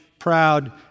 proud